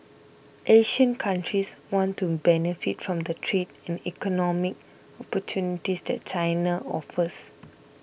Asian countries want to benefit from the trade and economic opportunities that China offers